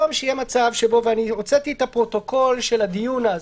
ואני הוצאתי את הפרוטוקול של הדיון אז.